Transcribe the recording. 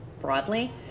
broadly